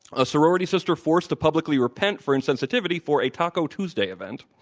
a sorority sister forced to publicly repent for insensitivity for a taco tuesday event,